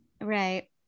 Right